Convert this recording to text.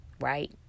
Right